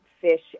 fish